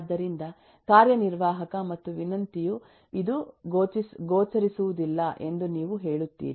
ಆದ್ದರಿಂದ ಕಾರ್ಯನಿರ್ವಾಹಕ ಮತ್ತು ವಿನಂತಿಯು ಇದು ಗೋಚರಿಸುವುದಿಲ್ಲ ಎಂದು ನೀವು ಹೇಳುತ್ತೀರಿ